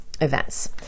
events